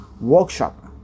workshop